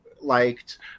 liked